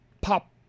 pop